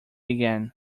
again